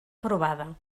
provada